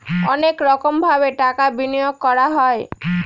অনেক রকমভাবে টাকা বিনিয়োগ করা হয়